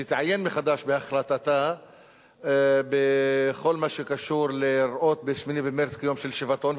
שהיא תעיין מחדש בהחלטתה בכל מה שקשור לראות ב-8 במרס יום של שבתון,